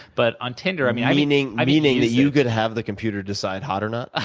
but on tinder, i mean meaning meaning that you could have the computer decide hot or not,